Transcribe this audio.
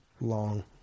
Long